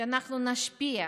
ואנחנו נשפיע.